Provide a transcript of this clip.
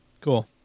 Cool